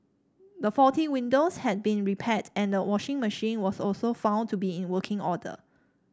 the faulty windows had been repaired and the washing machine was also found to be in working order